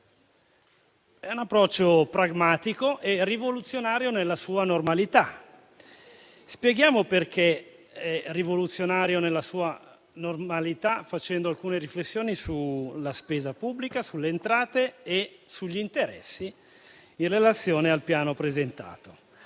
È un approccio pragmatico e rivoluzionario, nella sua normalità. Spieghiamo perché è rivoluzionario nella sua normalità, facendo alcune riflessioni sulla spesa pubblica, sulle entrate e sugli interessi in relazione al Piano presentato.